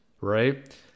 right